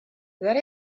that